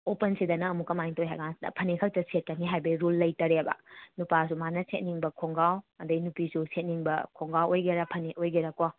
ꯑꯣꯄꯟꯁꯤꯗꯅ ꯑꯃꯨꯛ ꯀꯃꯥꯏꯅ ꯇꯧꯋꯤ ꯍꯥꯏꯀꯥꯟꯁꯤꯗ ꯐꯅꯦꯛ ꯈꯛꯇ ꯁꯦꯠꯀꯅꯤ ꯍꯥꯏꯕꯩ ꯔꯨꯜ ꯂꯩꯇꯔꯦꯕ ꯅꯨꯄꯥꯁꯨ ꯃꯥꯅ ꯁꯦꯠꯅꯤꯡꯕ ꯈꯣꯡꯒ꯭ꯔꯥꯎ ꯑꯗꯩ ꯅꯨꯄꯤꯁꯨ ꯁꯦꯠꯅꯤꯡꯕ ꯈꯣꯡꯒ꯭ꯔꯥꯎ ꯑꯣꯏꯒꯦꯔꯥ ꯐꯅꯦꯛ ꯑꯣꯏꯒꯦꯔꯥꯀꯣ